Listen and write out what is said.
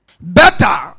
Better